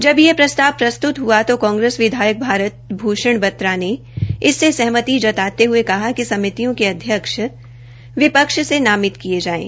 जब यह प्रस्ताव प्रस्त्त हुआ तो कांग्रेस विधायक भारत भूषण बत्रा ने इससे सहमति जताते हये कहा कि समितियों के अध्यक्ष विपक्ष से नामित किये जायें